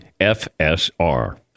FSR